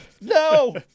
No